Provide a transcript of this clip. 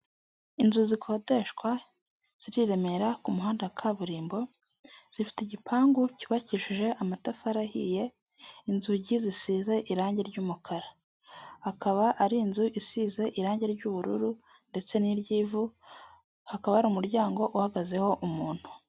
Inzu zikodeshwa ziri i Remera ku muhanda wa kaburimbo, zifite igipangu cyubakishije amatafari ahiye, inzugi zisize irangi ry'umukara, hakaba ari inzu isize irangi ry'ubururu ndetse n'iry'ivu, hakaba hari umuryango uhagazeho umuntu.